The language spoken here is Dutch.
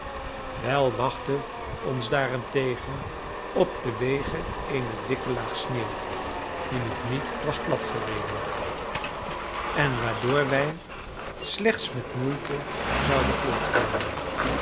wel wachtte ons daarentegen op de wegen eene dikke laag sneeuw die nog niet was platgetreden en waardoor wij slechts met moeite zouden voortkomen